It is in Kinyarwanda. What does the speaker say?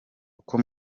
uko